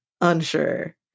Unsure